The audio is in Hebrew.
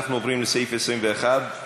סעיף 21, גברתי?